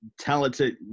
talented